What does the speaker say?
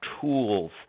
tools